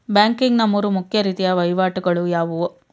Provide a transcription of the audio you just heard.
Banking ನ ಮೂರು ಮುಖ್ಯ ರೀತಿಯ ವಹಿವಾಟುಗಳು ಯಾವುವು?